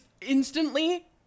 instantly